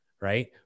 Right